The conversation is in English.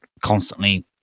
constantly